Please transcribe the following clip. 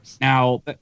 Now